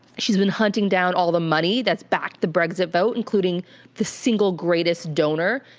she's been hunting down all the money that's backed the brexit vote, including the single greatest donor,